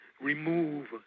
remove